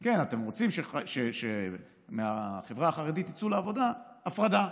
כן, אתם רוצים שמהחברה החרדית יצאו לעבודה, הפרדה.